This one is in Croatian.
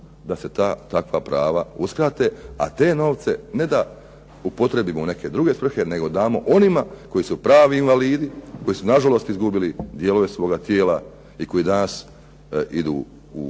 da se ta takva prava uskrate, a te novce ne da upotrijebimo u neke druge svrhe nego damo onima koji su pravi invalidi, koji su nažalost izgubili dijelove svoga tijela i koji danas idu i